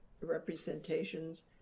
representations